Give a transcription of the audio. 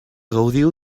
gaudiu